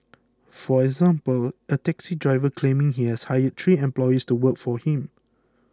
for example a taxi driver claiming he has hired three employees to work for him